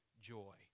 Joy